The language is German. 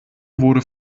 wurde